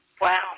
Wow